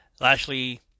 Lashley